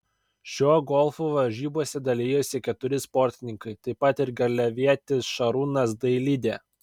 šiuo golfu varžybose dalijosi keturi sportininkai taip pat ir garliavietis šarūnas dailidė